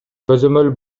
көзөмөл